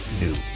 new